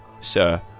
Sir